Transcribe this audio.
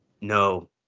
No